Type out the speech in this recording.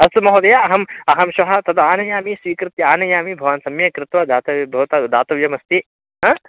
अस्तु महोदय अहम् अहं श्वः तद् आनयामि स्वीकृत्य आनयामि भवान् सम्यक् कृत्वा दातव्यं भवतः द् दातव्यम् अस्ति अ